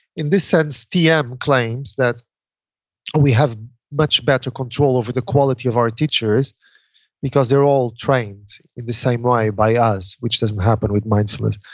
in this sense, tm claims that we have much better control over the quality of our teachers because they're all trained in the same way by us, which doesn't happen with mindfulness.